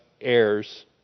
heirs